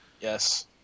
yes